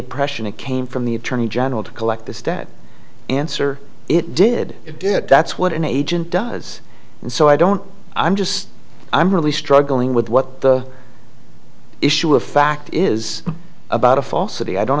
impression it came from the attorney general to collect this debt answer it did it did that's what an agent does and so i don't i'm just i'm really struggling with what the issue of fact is about a falsity i don't